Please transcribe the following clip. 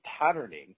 patterning